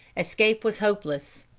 escape was hopeless.